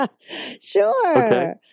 Sure